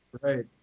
Right